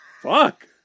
fuck